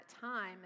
time